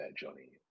Johnny